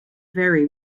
very